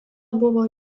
buvo